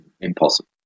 impossible